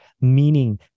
meaning